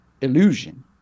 illusion